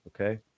okay